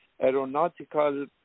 aeronautical